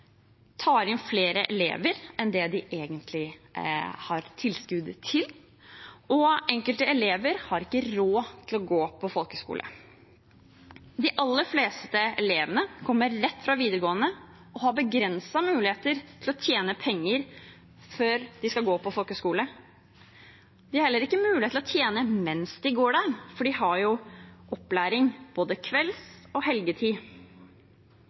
tar inn flere elever enn det de egentlig har tilskudd til, og at enkelte elever ikke har råd til å gå på folkehøgskole. De aller fleste elevene kommer rett fra videregående og har begrensede muligheter til å tjene penger før de skal gå på folkehøgskole. De har heller ikke mulighet til å tjene penger mens de går der, for de har jo opplæring både på kveldene og